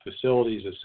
facilities